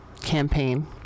campaign